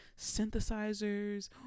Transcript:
synthesizers